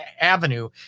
avenue